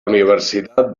universidad